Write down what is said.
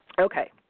Okay